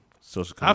Social